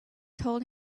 told